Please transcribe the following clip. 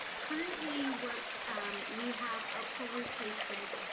currently what um we have up for replacement,